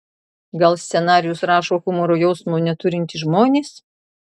gal scenarijus rašo humoro jausmo neturintys žmonės